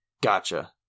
Gotcha